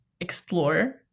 explore